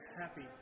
happy